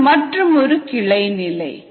இது மற்றுமொரு கிளை நிலை